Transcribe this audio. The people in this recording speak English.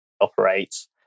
operates